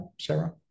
Sarah